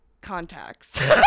contacts